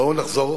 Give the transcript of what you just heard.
בואו נחזור